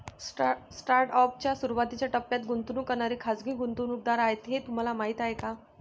Startup च्या सुरुवातीच्या टप्प्यात गुंतवणूक करणारे खाजगी गुंतवणूकदार आहेत हे तुम्हाला माहीत आहे का?